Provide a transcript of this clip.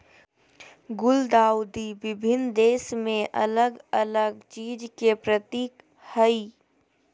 गुलदाउदी विभिन्न देश में अलग अलग चीज के प्रतीक हइ